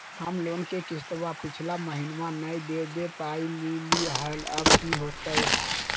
हम लोन के किस्तवा पिछला महिनवा नई दे दे पई लिए लिए हल, अब की होतई?